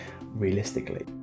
realistically